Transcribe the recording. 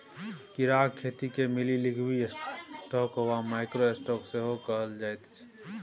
कीड़ाक खेतीकेँ मिनीलिवस्टॉक वा माइक्रो स्टॉक सेहो कहल जाइत छै